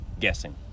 guessing